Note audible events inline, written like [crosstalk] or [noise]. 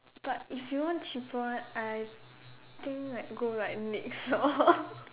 but if you want cheaper one I think like go like Nyx store [laughs]